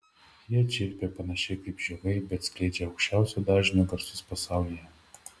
jie čirpia panašiai kaip žiogai bet skleidžia aukščiausio dažnio garsus pasaulyje